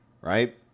Right